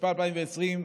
התשפ"א 2020,